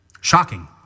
Shocking